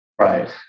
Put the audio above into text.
Right